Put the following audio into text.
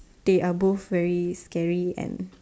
they are both very scary and